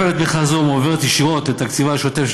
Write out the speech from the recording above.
מעבר לתמיכה זו המועברת ישירות לתקציבה השוטף של